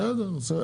בסדר, בסדר.